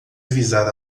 avisar